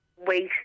wait